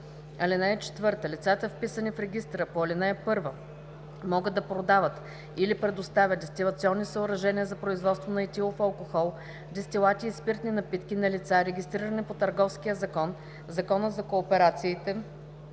икономиката. (4) Лицата, вписани в регистъра по ал. 1, могат да продават или предоставят дестилационни съоръжения за производство на етилов алкохол, дестилати и спиртни напитки на лица, регистрирани по Търговския закон, Закона за кооперациите